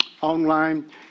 online